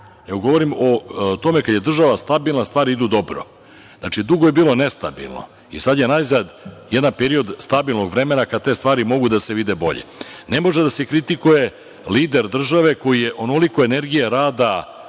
nego govorim o tome da kad je država stabilna, stvari idu dobro. Znači, dugo je bilo nestabilno i sad je najzad jedan period stabilnog vremena, kad te stvari mogu da se vide bolje. Ne može da se kritikuje lider države koji je onolike energije, rada,